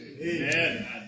Amen